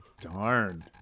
Darn